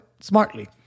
smartly